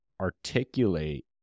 articulate